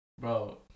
Bro